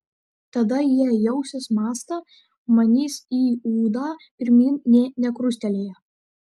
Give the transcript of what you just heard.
tada jie jausis mąstą manys į ūdą pirmyn nė nekrustelėję